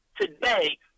today